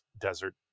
desert